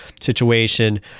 situation